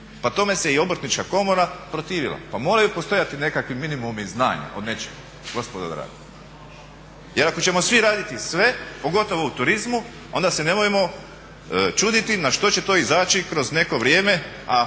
Pa tome se i Obrtnička komora protivila. Pa moraju postojati nekakvi minimumi znanja o nečemu, gospodo draga. Jer ako ćemo svi raditi sve, pogotovo u turizmu onda se nemojmo čuditi na što će to izaći kroz neko vrijeme